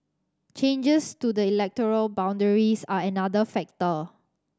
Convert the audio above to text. changes to the electoral boundaries are another factor